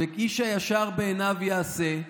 ואיש הישר בעיניו יעשה,